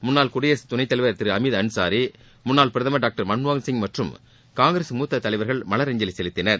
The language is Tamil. முன்னாள் குடியரசு துணைத்தலைவா் திரு ஹமீது அன்சாரி முன்னாள் பிரதமா் டாக்டா் மன்மோகன் சிங் மற்றும் காங்கிரஸ் மூத்த தலைவர்கள் மலரஞ்சலி செலுத்தினர்